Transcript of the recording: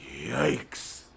yikes